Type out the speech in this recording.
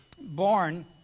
born